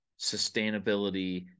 sustainability